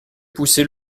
poussait